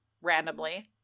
randomly